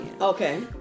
Okay